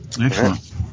excellent